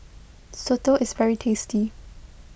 Soto is very tasty